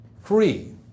free